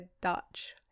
Dutch